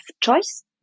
choice